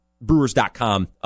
brewers.com